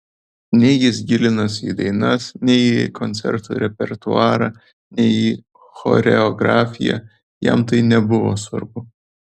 nei jis gilinosi į dainas nei į koncertų repertuarą nei į choreografiją jam tai nebuvo svarbu